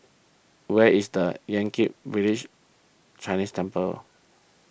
where is the Yan Kit Village Chinese Temple